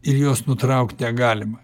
ir jos nutraukt negalima